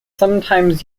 sometimes